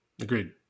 Agreed